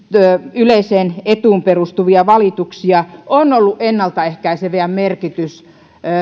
yleiseen etuun perustuvia valituksia on ollut ennalta ehkäisevä merkitys